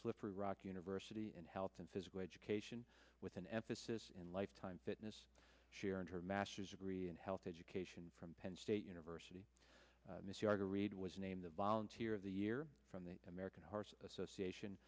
slippery rock university and health and physical education with an emphasis on lifetime fitness share and her masters degree and health education from penn state university missy arguer reed was named a volunteer of the year from the american heart association